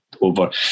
over